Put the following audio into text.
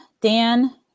Dan